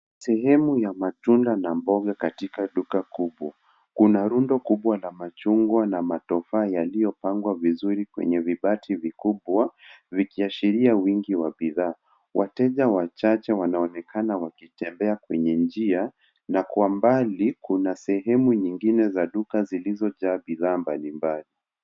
Sehemu ya matunda na mboga katika duka kubwa. Kuna rundo kubwa la machungwa na matofaha yaliyopangwa vizuri kwenye vibati vikubwa vikiashilia wingi wa bidhaa. Wateja wachache wanaonekana wakitembea kwenye njia na kuwa mbali kuna sehemu nyingine za duka zilizojaa bidhaa mbalimbali.